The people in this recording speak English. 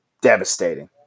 devastating